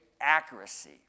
accuracy